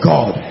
God